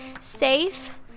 safe